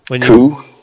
Coup